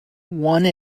one